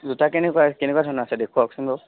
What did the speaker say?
জোতা কেনেকুৱা কেনেকুৱা ধৰণৰ আছে দেখুৱাওকচোন বাৰু